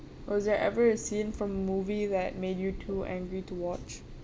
or is there ever a scene from a movie that made you too angry to watch